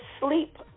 sleep